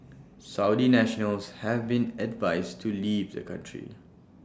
Saudi nationals have been advised to leave the country